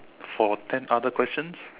for ten other questions